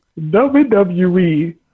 WWE